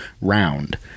round